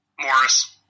Morris